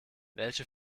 welche